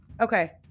Okay